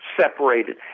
separated